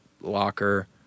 locker